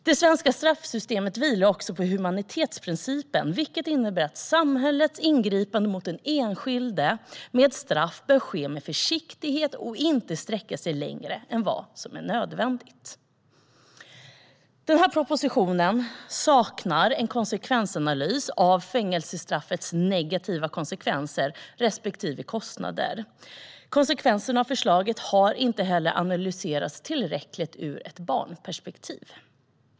Det svenska straffsystemet vilar också på humanitetsprincipen, vilket innebär att samhällets ingripande mot den enskilde med straff bör ske med försiktighet och inte sträcka sig längre än vad som är nödvändigt. I propositionen saknas en konsekvensanalys av fängelsestraffets negativa konsekvenser respektive kostnader. Konsekvenserna av förslaget har inte heller analyserats tillräckligt ur ett barnperspektiv.